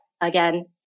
again